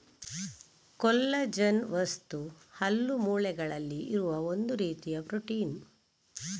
collagen ವಸ್ತು ಹಲ್ಲು, ಮೂಳೆಗಳಲ್ಲಿ ಇರುವ ಒಂದು ರೀತಿಯ ಪ್ರೊಟೀನ್